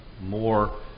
more